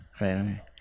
Right